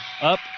Up